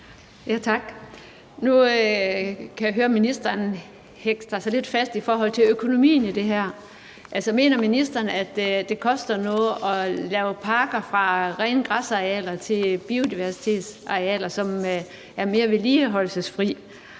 Tak. Nu kan jeg høre ministeren hage sig lidt fast i økonomien i det her. Altså, mener ministeren, at det koster noget at omdanne parker fra rene græsarealer til biodiversitetsarealer, som er mere vedligeholdelsesfrie,